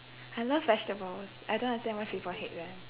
I love vegetables I don't understand why people hate them